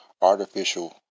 artificial